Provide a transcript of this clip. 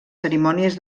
cerimònies